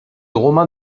roman